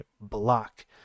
block